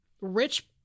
rich